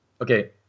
Okay